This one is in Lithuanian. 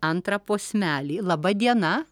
antrą posmelį laba diena